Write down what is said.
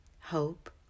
Hope